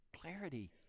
clarity